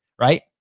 right